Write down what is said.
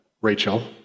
Rachel